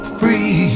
free